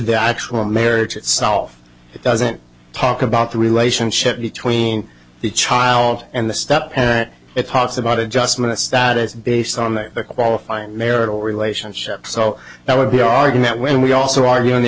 the actual marriage itself it doesn't talk about the relationship between the child and the step parent it talks about adjustment of status based on the qualifying marital relationship so that would be argued that when we also ar